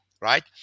right